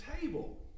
table